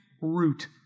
root